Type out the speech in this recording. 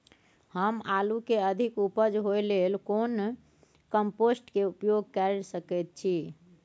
हम आलू के अधिक उपज होय लेल कोन कम्पोस्ट के उपयोग कैर सकेत छी?